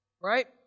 Right